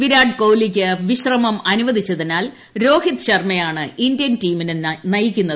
വിരാട് കൊലിയ്ക്ക് വിശ്രമം അനുവദിച്ചതിനാൽ രോഹിത് ശർമ്മയാണ് ഇന്ത്യൻ ടീമിനെ നയിക്കുന്നത്